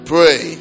Pray